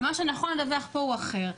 ומה שנכון לדווח פה הוא אחר.